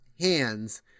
hands